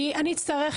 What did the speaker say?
כי אני אצטרך,